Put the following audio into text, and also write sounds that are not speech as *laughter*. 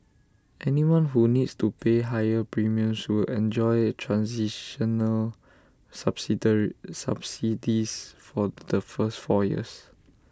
anyone who needs to pay higher premiums will enjoy transitional *unintelligible* subsidies for the first four years